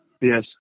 yes